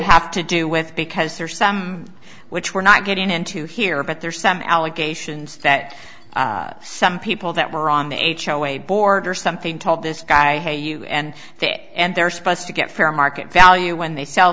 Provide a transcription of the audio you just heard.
have to do with because there are some which we're not getting into here but there are some allegations that some people that were on the h o a board or something told this guy hey you and they and they're supposed to get fair market value when they sell